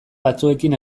batzuekin